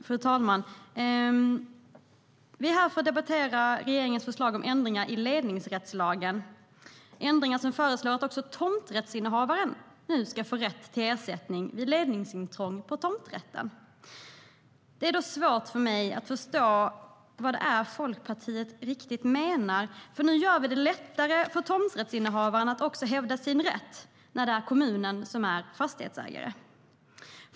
Fru talman! Vi är här för att debattera regeringens förslag om ändringar i ledningsrättslagen, ändringar som föreslår att också tomträttshavaren nu ska få rätt till ersättning vid ledningsintrång på tomträtten. För mig är det därför svårt att förstå vad det är Folkpartiet menar, för nu gör vi det ju lättare även för tomträttshavare att hävda sin rätt när det är kommunen som är fastighetsägare.